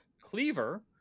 Cleaver